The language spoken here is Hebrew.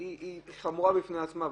היא חמורה בפני עצמה.